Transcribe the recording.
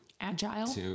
Agile